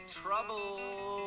trouble